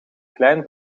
klein